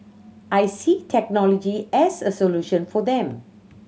I see technology as a solution for them